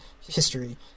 history